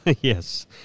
Yes